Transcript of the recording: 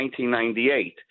1998